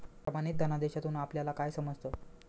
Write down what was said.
प्रमाणित धनादेशातून आपल्याला काय समजतं?